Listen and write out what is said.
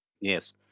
Yes